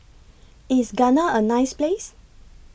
IS Ghana A nice Place